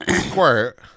squirt